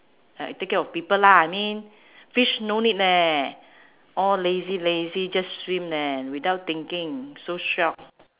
like take care of people lah I mean fish no need leh all lazy lazy just swim neh without thinking so shiok